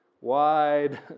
wide